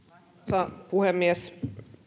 arvoisa puhemies